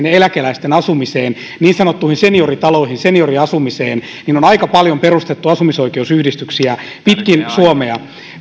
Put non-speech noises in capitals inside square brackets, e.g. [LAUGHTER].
[UNINTELLIGIBLE] ja ja eläkeläisten asumiseen niin sanottuihin senioritaloihin senioriasumiseen on aika paljon perustettu asumisoikeusyhdistyksiä pitkin suomea